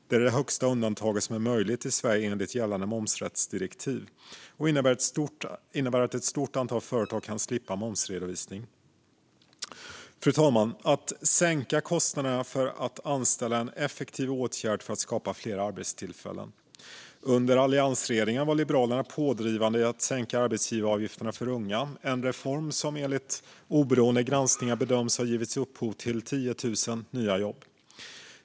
Det är det största undantaget som är möjligt att göra i Sverige enligt gällande momsrättsdirektiv, och det skulle innebära att ett stort antal företag kan slippa momsredovisning. Fru talman! Att sänka kostnaderna för att anställa är en effektiv åtgärd för att skapa fler arbetstillfällen. Under alliansregeringens tid var Liberalerna pådrivande i fråga om att sänka arbetsgivaravgifterna för unga. Det är en reform som enligt oberoende granskningar bedöms ha gett upphov till 10 000 nya jobb.